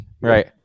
Right